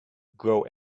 grow